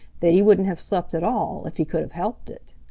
that he wouldn't have slept at all if he could have helped it.